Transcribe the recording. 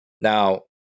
Now